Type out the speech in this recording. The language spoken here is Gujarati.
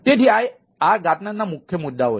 તેથી આ ગાર્ટનરના મુખ્ય મુદ્દાઓ છે